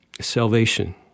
salvation